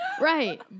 right